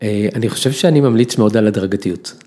‫אני חושב שאני ממליץ מאוד ‫על הדרגתיות.